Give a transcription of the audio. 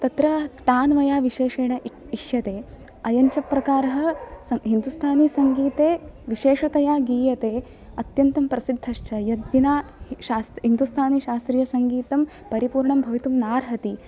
तत्र तान् मया विशेषेण इ इष्यते अयं च प्रकारः हिन्दुस्थानिसङ्गीते विशेषतया गीयते अत्यन्तं प्रसिद्धश्च यत् विना शास्त्री हिन्दुस्थानिशास्त्रीयसङ्गीतं परिपूर्णं भवितुं नार्हति